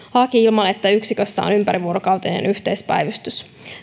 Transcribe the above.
ilman että yksikössä on ympärivuorokautinen yhteispäivystys